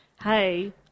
hey